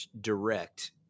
direct